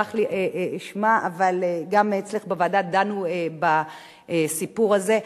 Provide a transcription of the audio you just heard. ברח לי שמה, אבל גם אצלך בוועדה דנו בסיפור הזה.